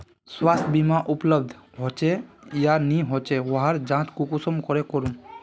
स्वास्थ्य बीमा उपलब्ध होचे या नी होचे वहार जाँच कुंसम करे करूम?